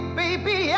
baby